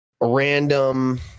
random